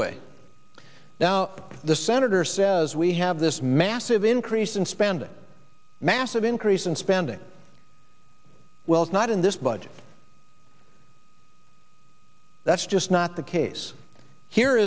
way now the senator says we have this massive increase in spending massive increase in spending well it's not in this budget that's just not the case here